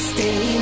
Stay